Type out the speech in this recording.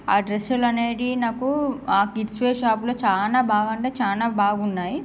ఆ డ్రెస్సులు అనేది నాకు కిడ్స్ వేర్ షాపులో చాలా బాగా అంటే చాలా బాగున్నాయి